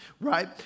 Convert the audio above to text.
Right